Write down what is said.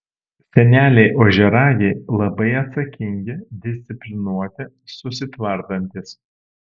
seneliai ožiaragiai labai atsakingi disciplinuoti susitvardantys